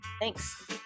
Thanks